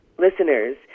listeners